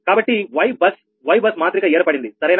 కనుక Y bus మాత్రిక ఏర్పడింది సరేనా